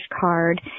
card